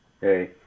hey